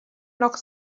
noch